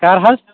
کر حظ